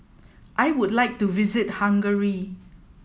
I would like to visit Hungary